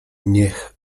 niech